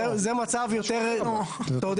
זה מצב יותר בעייתי.